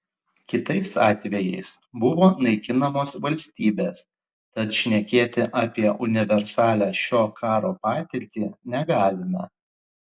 kitais atvejais buvo naikinamos valstybės tad šnekėti apie universalią šio karo patirtį negalime